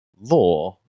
law